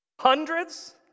hundreds